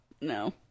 No